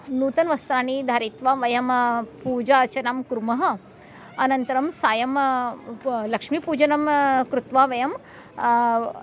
नूतनवस्त्राणि धारित्वा वयं पूजार्चनां कुर्मः अनन्तरं सायं लक्ष्मीपूजनं कृत्वा वयम्